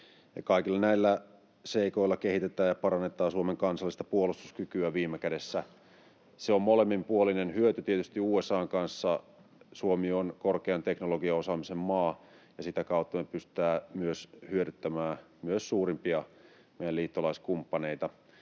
Kaikilla näillä seikoilla kehitetään ja parannetaan viime kädessä Suomen kansallista puolustuskykyä. Se on molemminpuolinen hyöty tietysti USA:n kanssa. Suomi on korkean teknologiaosaamisen maa, ja sitä kautta me pystytään hyödyttämään myös meidän suurimpia liittolaiskumppaneitamme.